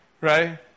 right